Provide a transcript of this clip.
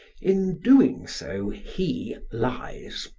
in doing so, he lies.